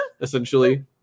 essentially